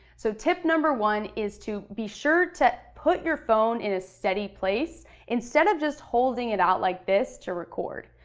so tip number one is to be sure to put your phone in a steady place instead of just holding it out like this to record.